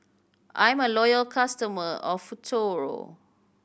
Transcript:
I'm a loyal customer of Futuro